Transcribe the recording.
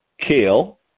kale